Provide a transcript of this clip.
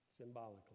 symbolically